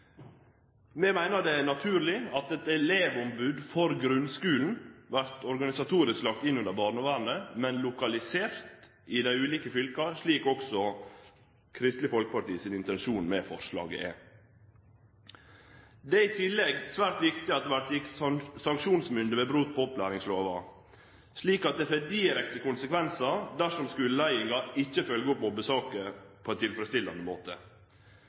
Vi meiner det er naturleg at eit elevombod for grunnskulen organisatorisk vert lagt under Barneombodet, men lokalisert i dei ulike fylka, slik også Kristeleg Folkeparti sin intensjon med forslaget er. Det er i tillegg svært viktig at det vert gitt sanksjonsmynde ved brot på opplæringslova, slik at det får direkte konsekvensar dersom skuleleiinga ikkje følgjer opp mobbesaker på ein tilfredsstillande måte.